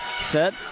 set